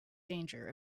danger